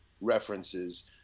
references